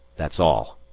that's all.